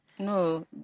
No